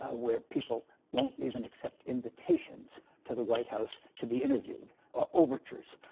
ah where people won't even accept invitations to the white house to be interviewed or overtures.